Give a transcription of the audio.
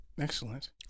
Excellent